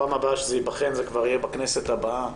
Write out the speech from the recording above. בפעם הבאה שזה ייבחן זה כבר יהיה בכנסת הבאה,